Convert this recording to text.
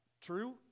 True